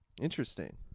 Interesting